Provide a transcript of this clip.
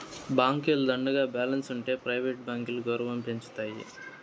బాంకీల దండిగా బాలెన్స్ ఉంటె ప్రైవేట్ బాంకీల గౌరవం పెంచతాయి